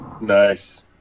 Nice